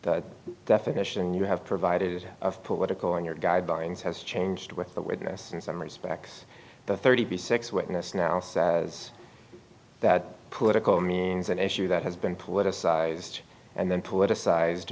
the definition you have provided of political and your guidelines has changed with the witness in some respects the thirty six witness now says that political means an issue that has been politicized and then politicized